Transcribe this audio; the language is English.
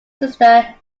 sister